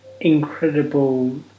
incredible